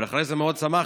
אבל אחרי זה מאוד שמחתי,